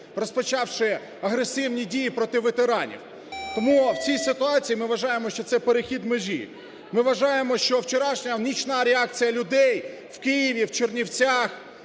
розпочавши агресивні дії проти ветеранів. Тому в цій ситуації ми вважаємо, що це – перехід межі. Ми вважаємо, що вчорашня нічна реакція людей в Києві, в Чернівцях,